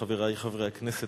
חברי חברי הכנסת,